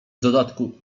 dodatku